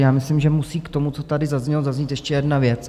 Já myslím, že musí k tomu, co tady zaznělo, zaznít ještě jedna věc.